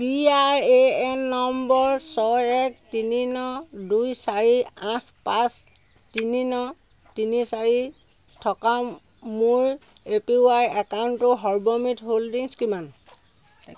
PRAN number ছয় এক তিনি ন দুই চাৰি আঠ পাঁচ তিনি ন তিনি চাৰি থকা মোৰ এপিৱাই একাউণ্টটোৰ সৰ্বমুঠ হোল্ডিংছ কিমান